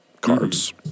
cards